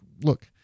look